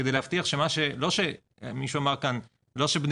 כדי להבטיח שמה שלא ייכנס זה